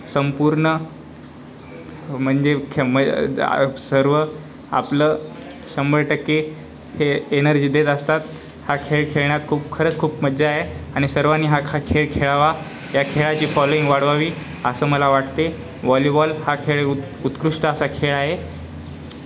संपूर्ण म्हणजे ख मग सर्व आपलं शंभर टक्के हे एनर्जी देत असतात हा खेळ खेळण्यात खूप खरंच खूप मज्जा आहे आ आणि सर्वांनी हा खा खेळ खेळावा या खेळाची फॉलोइंग वाढवावी असं मला वाटते वॉलीबॉल हा खेळ उत् उत्कृष्ट असा खेळ आहे